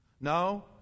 No